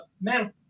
Man